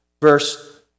verse